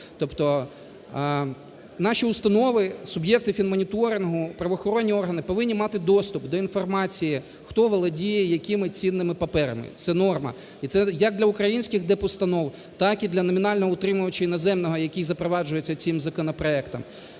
тобто наші установи, суб'єкти фінмоніторингу, правоохоронні органи повинні мати доступ до інформації хто володіє якими цінними паперами, це норма і це як для українських дипустанов, так і для номінального утримувача іноземного, який запроваджується цим законопроектом.